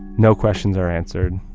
no questions are answered.